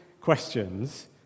questions